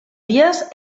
vies